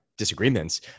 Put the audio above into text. disagreements